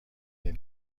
این